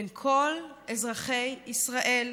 בין כל אזרחי ישראל.